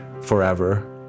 forever